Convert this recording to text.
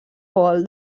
vol